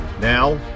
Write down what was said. Now